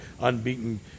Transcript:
unbeaten